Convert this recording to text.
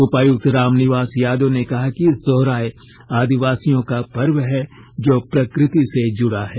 उपायुक्त रामनिवास यादव ने कहा कि सोहराय आदिवासियों का पर्व है जो प्रकृति से जुड़ा है